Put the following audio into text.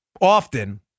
often